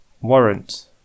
Warrant